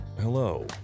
Hello